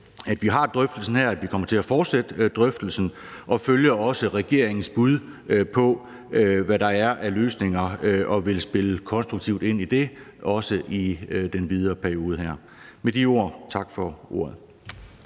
at vi har drøftelsen her, og at vi kommer til at fortsætte drøftelsen. Vi følger også regeringens bud på, hvad der er af løsninger, og vi vil spille konstruktivt ind i det, også i den videre periode her. Med de ord vil jeg sige